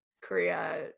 Korea